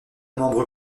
membre